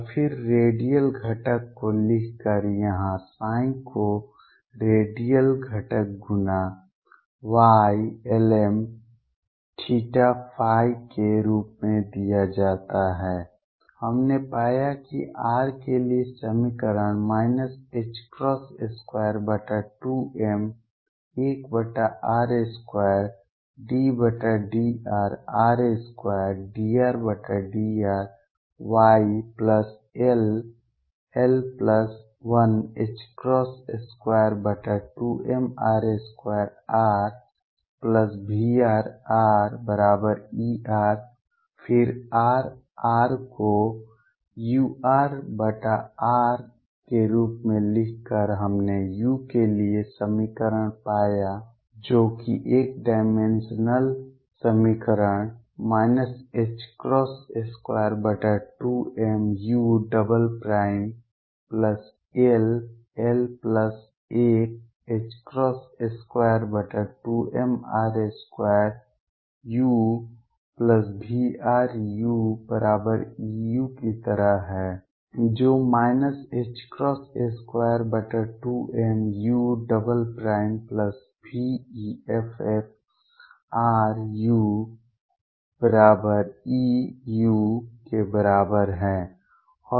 और फिर रेडियल घटक को लिखकर जहां ψ को रेडियल घटक गुना Ylmθϕ के रूप में दिया जाता है हमने पाया कि r के लिए समीकरण 22m1r2ddrr2dRdrYll122mr2RVrRER फिर R को urr के रूप में लिखकर हमने u के लिए समीकरण पाया जो कि एक डाइमेंशनल समीकरण 22mull122mr2uVruEu की तरह है जो 22muveffruEu के बराबर है